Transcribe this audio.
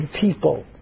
people